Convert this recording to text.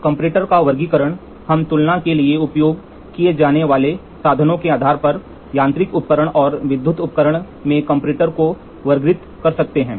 comparator का वर्गीकरण हम तुलना के लिए उपयोग किए जाने वाले साधनों के आधार पर यांत्रिक उपकरण और विद्युत उपकरण में कंपैरेटर को वर्गीकृत कर सकते हैं